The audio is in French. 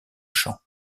champ